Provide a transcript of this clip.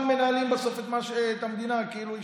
הם מזמן מנהלים את המדינה כאילו היא